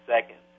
seconds